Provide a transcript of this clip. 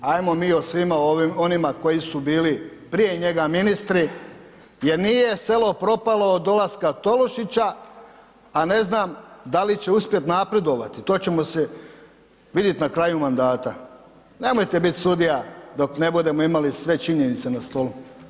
Ajmo mi o svima onima koji su bili prije njega ministri jer nije selo propalo od dolaska Tolušića, a ne znam da li će uspjet napredovati, to ćemo se vidjeti na kraju mandata, nemojte bit sudija dok ne budemo imali sve činjenice na stolu.